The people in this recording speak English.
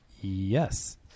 Yes